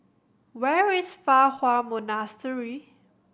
where is Fa Hua Monastery